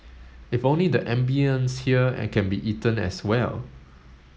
if only the ambience here can be eaten as well